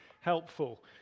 helpful